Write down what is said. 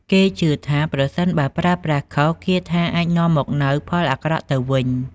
គេជឿថាប្រសិនបើប្រើប្រាស់ខុស គាថាអាចនាំមកនូវផលអាក្រក់ទៅវិញ។